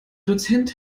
dozent